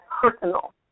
personal